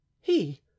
He